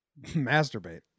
Masturbate